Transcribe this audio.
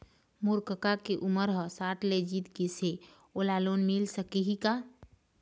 मोर कका के उमर ह साठ ले जीत गिस हे, ओला लोन मिल सकही का?